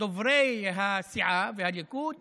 דוברי הסיעה והליכוד